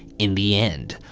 in the end,